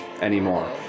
anymore